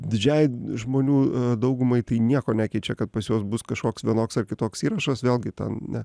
didžiai žmonių daugumai tai nieko nekeičia kad pas juos bus kažkoks vienoks ar kitoks įrašas vėlgi ten ne